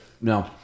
No